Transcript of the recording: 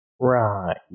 right